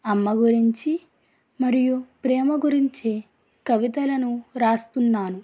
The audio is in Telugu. అమ్మ గురించి మరియు ప్రేమ గురించి కవితలను వ్రాస్తున్నాను